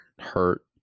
hurt